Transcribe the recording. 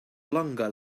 longer